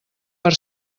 per